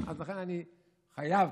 אני חייב,